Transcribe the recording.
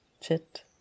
Chit